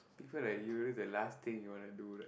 it feel like the last thing you wanna do right